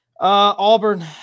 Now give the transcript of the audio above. Auburn